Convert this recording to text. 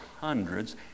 hundreds